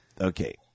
Okay